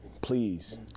Please